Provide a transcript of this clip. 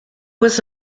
was